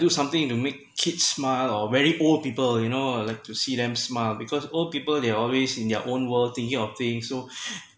do something to make kids smile or very old people you know like to see them smile because old people they always in their own world thingy of thing so